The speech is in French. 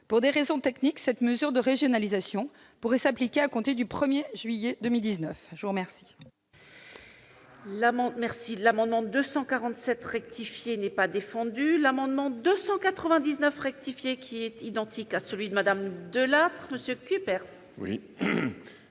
Pour des raisons techniques, cette mesure de régionalisation pourrait s'appliquer à compter du 1 juillet 2019. L'amendement